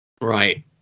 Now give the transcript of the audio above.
Right